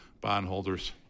bondholders